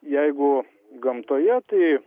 jeigu gamtoje tai